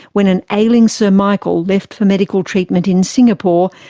when an ailing sir michael left for medical treatment in singapore,